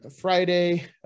Friday